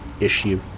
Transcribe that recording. issue